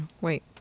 Wait